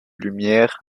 lumière